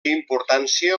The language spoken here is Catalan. importància